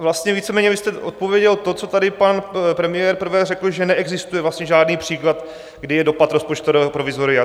Vlastně víceméně vy jste odpověděl to, co tady pan premiér prve řekl, že neexistuje žádný příklad, kdy je dopad rozpočtového provizoria.